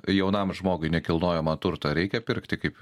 jaunam žmogui nekilnojamą turtą reikia pirkti kaip